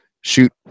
shoot